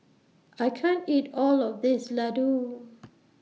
I can't eat All of This Ladoo